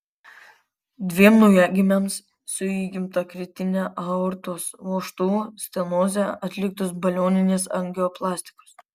dviem naujagimiams su įgimta kritine aortos vožtuvo stenoze atliktos balioninės angioplastikos